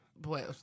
Boy